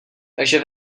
takže